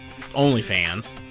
OnlyFans